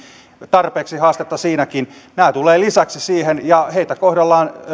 tarpeeksi haastetta siinäkin nämä tulevat lisäksi siihen ja heitä kohdellaan